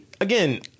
again